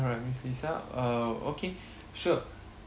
alright miss lisa err okay sure